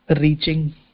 reaching